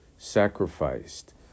Sacrificed